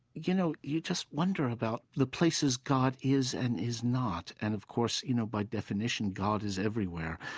you know, you just wonder about the places god is and is not. and, of course, you know, by definition, god is everywhere,